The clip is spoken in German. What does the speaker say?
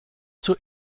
zur